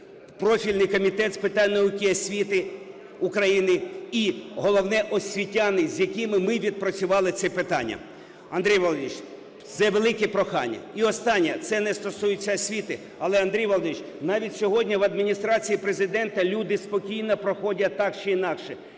профільний Комітет з питань науки і освіти України і головне – освітяни, з якими ми відпрацювали це питання. Андрій Володимирович, це велике прохання. І останнє. Це не стосується освіти, але, Андрій Володимирович, навіть сьогодні в Адміністрації Президента люди спокійно проходять так чи інакше.